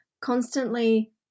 constantly